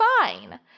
fine